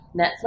Netflix